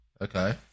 Okay